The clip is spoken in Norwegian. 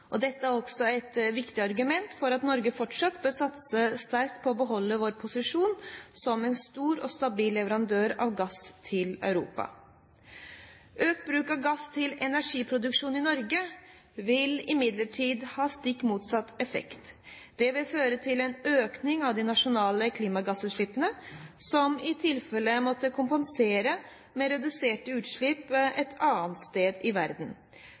om. Dette er også et viktig argument for at Norge fortsatt bør satse sterkt på å beholde sin posisjon som en stor og stabil leverandør av gass til Europa. Økt bruk av gass til energiproduksjon i Norge vil imidlertid ha stikk motsatt effekt. Det vil føre til en økning av de nasjonale klimagassutslippene, som i tilfelle måtte kompenseres med reduserte utslipp et annet sted i verden.